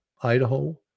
Idaho